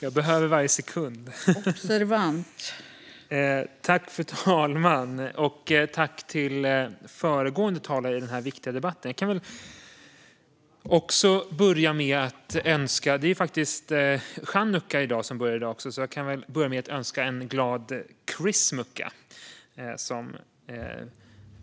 Fru talman! Tack till föregående talare i denna viktiga debatt! I dag börjar ju chanukka, så jag kan väl börja med att önska en glad "christmukkah", som